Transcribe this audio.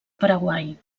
paraguai